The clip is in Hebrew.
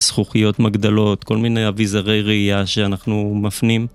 זכוכיות מגדלות, כל מיני אביזרי ראייה שאנחנו מפנים